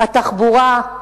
התחבורה.